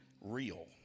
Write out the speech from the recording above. real